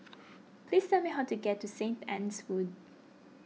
please tell me how to get to Saint Anne's Wood